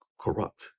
corrupt